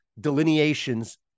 delineations